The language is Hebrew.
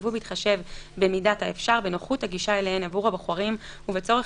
שייקבעו בהתחשב במידת האפשר בנוחות הגישה אליהן עבור הבוחרים ובצורך